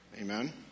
Amen